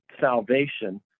salvation